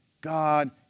God